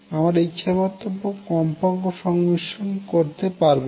আমরা ইচ্ছামত কম্পাঙ্ক সংমিশ্রন করতে পারবো না